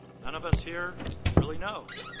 none of us here really know.